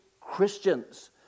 Christians